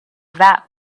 that